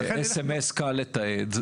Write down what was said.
אבל סמס קל לתעד.